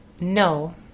No